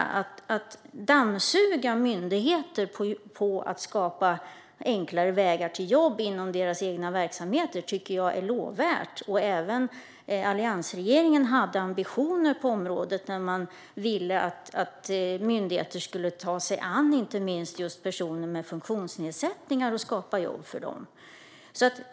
Att dammsuga myndigheter för att skapa enklare vägar till jobb inom deras verksamheter tycker jag är lovvärt. Även alliansregeringen hade ambitioner på området när man ville att myndigheter skulle ta sig an särskilt personer med funktionsnedsättningar och skapa jobb för dem.